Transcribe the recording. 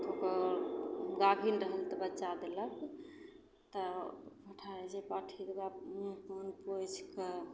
तऽ ओ गाभिन रहल तऽ बच्चा देलक तऽ पाठा रहै छै पाठीके मुँह कान पोछिके